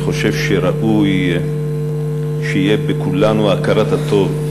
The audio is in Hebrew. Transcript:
אני חושב שראוי שתהיה בכולנו הכרת הטוב,